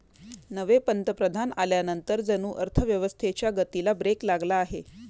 नवे पंतप्रधान आल्यानंतर जणू अर्थव्यवस्थेच्या गतीला ब्रेक लागला आहे